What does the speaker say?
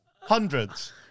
hundreds